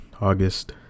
August